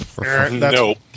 Nope